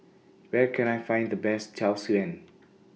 Where Can I Find The Best Tau Suan